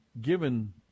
given